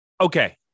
Okay